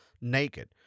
naked